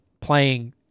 playing